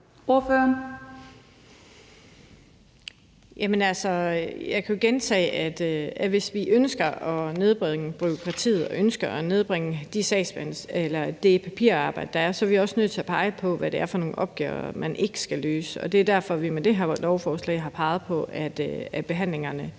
Jeg kan jo gentage, at hvis vi ønsker at nedbringe bureaukratiet og ønsker at nedbringe det papirarbejde, der er, er vi også nødt til at pege på, hvad det er for nogle opgaver, man ikke skal løse. Det er derfor, vi med det her lovforslag har peget på, at behandlingerne